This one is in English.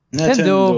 Nintendo